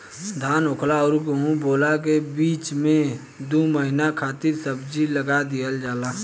धान होखला अउरी गेंहू बोअला के बीच में दू महिना खातिर सब्जी लगा दिहल जाला